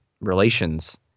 relations